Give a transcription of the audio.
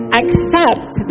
accept